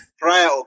prior